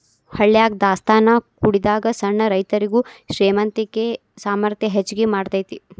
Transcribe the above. ಹಳ್ಯಾಗ ದಾಸ್ತಾನಾ ಕೂಡಿಡಾಗ ಸಣ್ಣ ರೈತರುಗೆ ಶ್ರೇಮಂತಿಕೆ ಸಾಮರ್ಥ್ಯ ಹೆಚ್ಗಿ ಮಾಡತೈತಿ